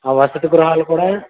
ఆ వసతి గృహాలు కూడా